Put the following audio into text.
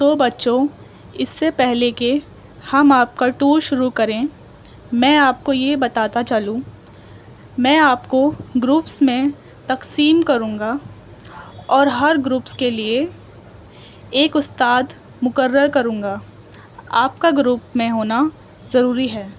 تو بچوں اس سے پہلے کہ ہم آپ کا ٹور شروع کریں میں آپ کو یہ بتاتا چلوں میں آپ کو گروپس میں تکسیم کروں گا اور ہر گروپس کے لیے ایک استاد مقرر کروں گا آپ کا گروپ میں ہونا ضروری ہے